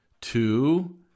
Two